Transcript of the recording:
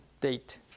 date